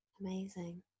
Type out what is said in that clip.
Amazing